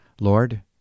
Lord